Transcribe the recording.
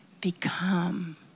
become